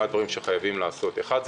מה הדברים שחייבים לעשות אחד,